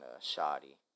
shoddy